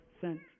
sent